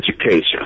education